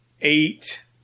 Eight